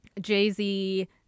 Jay-Z